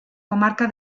comarca